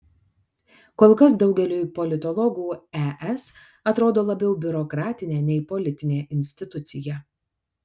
kol kas daugeliui politologų es atrodo labiau biurokratinė nei politinė institucija